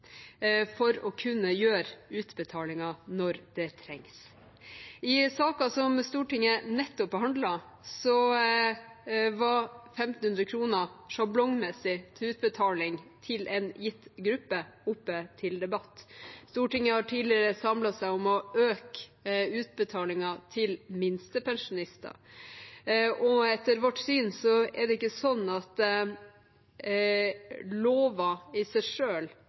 for å kunne gjøre utbetalinger når det trengs. I saken som Stortinget nettopp behandlet, var 1 500 kr, sjablongmessig, til utbetaling til en gitt gruppe oppe til debatt. Stortinget har tidligere samlet seg om å øke utbetalingen til minstepensjonister, og etter vårt syn er det ikke sånn at loven i seg